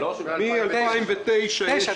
כלומר שמונה שנות ירידה.